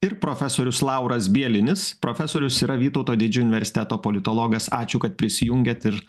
ir profesorius lauras bielinis profesorius yra vytauto didžiojo universiteto politologas ačiū kad prisijungėt ir